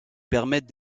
permettent